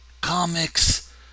comics